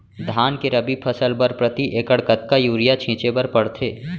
धान के रबि फसल बर प्रति एकड़ कतका यूरिया छिंचे बर पड़थे?